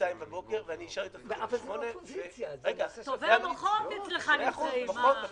בשעה 02:00 ואני אשרתי אותה --- טובי המוחות נמצאים אצלך.